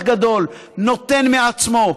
כל כך גדול: נותן מעצמו,